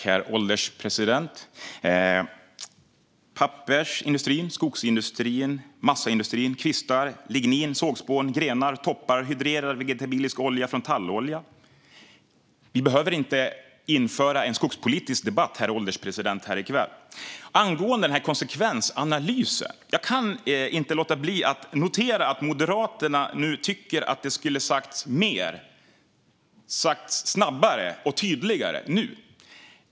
Herr ålderspresident! Jag nämnde pappersindustrin, skogsindustrin, massaindustrin, kvistar, lignin, sågspån, grenar, toppar och hydrerad vegetabilisk olja från tallolja - vi behöver inte föra en skogspolitisk debatt här i kväll, herr ålderspresident. Angående konsekvensanalysen kan jag inte låta bli att notera att Moderaterna nu tycker att det skulle ha sagts mer och att det skulle ha sagts snabbare och tydligare.